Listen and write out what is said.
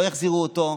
לא החזירו אותו.